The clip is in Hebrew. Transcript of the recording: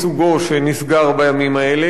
כי השני כבר נמצא בדרך,